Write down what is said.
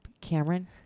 Cameron